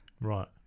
Right